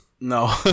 no